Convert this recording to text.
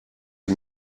sie